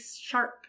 sharp